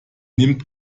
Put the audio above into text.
nimmt